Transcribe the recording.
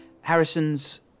Harrison's